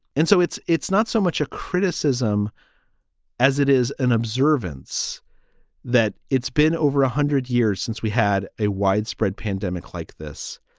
and so it's it's not so much a criticism as it is an observance that it's been over one ah hundred years since we had a widespread pandemic like this.